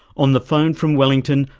on the phone from wellington,